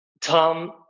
Tom